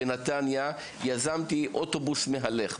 בנתניה יזמתי אוטובוס מהלך,